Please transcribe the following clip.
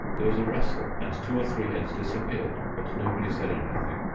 there was a rustle, and two or three heads disappeared, but nobody said anything.